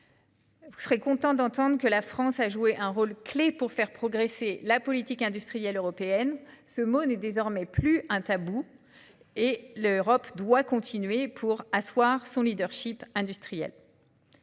Je serai contente d'entendre que la France a joué un rôle clé pour faire progresser la politique industrielle européenne : ce concept n'est désormais plus un tabou. L'Europe doit continuer en ce sens pour asseoir son leadership industriel.